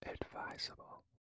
advisable